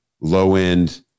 low-end